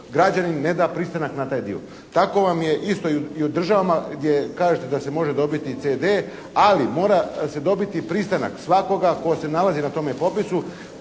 građanin ne da pristanak na taj dio. Tako vam je isto i u državama gdje kažete da se može dobiti CD, ali mora se dobiti pristanak svakoga tko se nalazi na tome popisu